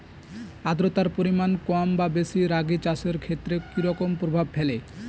আদ্রতার পরিমাণ কম বা বেশি রাগী চাষের ক্ষেত্রে কি রকম প্রভাব ফেলে?